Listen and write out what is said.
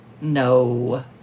No